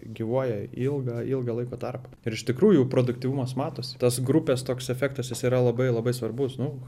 gyvuoja ilgą ilgą laiko tarpą ir iš tikrųjų produktyvumas matosi tas grupės toks efektas jisai yra labai labai svarbus nu